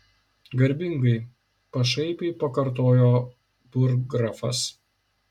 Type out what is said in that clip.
garbingai pašaipiai pakartojo burggrafas